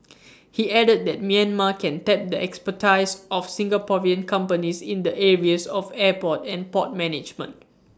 he added that Myanmar can tap the expertise of Singaporean companies in the areas of airport and port management